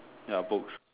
ya books